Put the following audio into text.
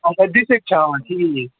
آچھا ڈِسٕک چھِ ہاوان ٹھیٖک